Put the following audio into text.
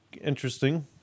Interesting